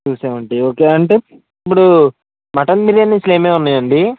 two seventy okay అంటే ఇప్పుడు mutton biryanis ఏమేమి ఉన్నాయండి